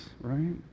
right